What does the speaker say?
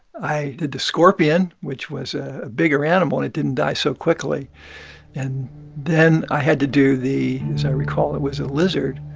i did the scorpion, which was a bigger animal. and it didn't die so quickly and then i had to do the, as i recall, it was a lizard.